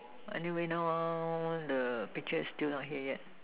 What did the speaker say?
anyway now ah the picture is still not here yet